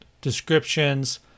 descriptions